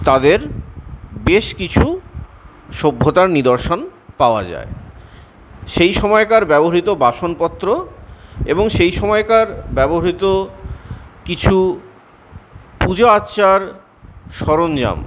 তাদের বেশ কিছু সভ্যতার নিদর্শন পাওয়া যায় সেই সময়কার ব্যবহৃত বাসনপত্র এবং সেই সময়কার ব্যবহৃত কিছু পূজা আর্চার সরঞ্জাম